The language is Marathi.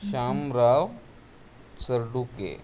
श्यामराव सरडुके